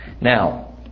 Now